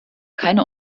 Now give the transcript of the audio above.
keine